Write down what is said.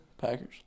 Packers